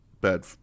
bad –